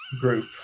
Group